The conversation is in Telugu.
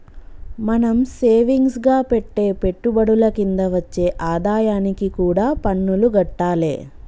మనం సేవింగ్స్ గా పెట్టే పెట్టుబడుల కింద వచ్చే ఆదాయానికి కూడా పన్నులు గట్టాలే